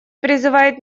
призывает